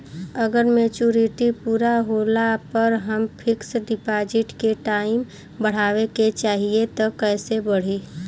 अगर मेचूरिटि पूरा होला पर हम फिक्स डिपॉज़िट के टाइम बढ़ावे के चाहिए त कैसे बढ़ी?